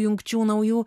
jungčių naujų